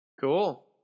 Cool